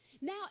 Now